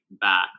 back